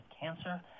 cancer